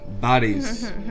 bodies